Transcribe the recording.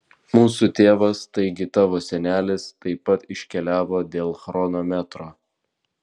mūsų tėvas taigi tavo senelis taip pat iškeliavo dėl chronometro